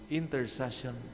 intercession